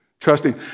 Trusting